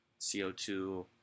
CO2